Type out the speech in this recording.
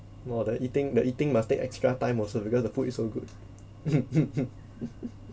no the eating the eating must take extra time also because the food is so good